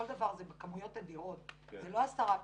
כל דבר זה בכמויות אדירות, זה לא עשרה פנקסים,